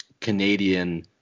Canadian